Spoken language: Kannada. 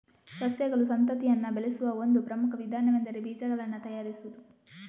ಸಸ್ಯಗಳು ಸಂತತಿಯನ್ನ ಬೆಳೆಸುವ ಒಂದು ಪ್ರಮುಖ ವಿಧಾನವೆಂದರೆ ಬೀಜಗಳನ್ನ ತಯಾರಿಸುದು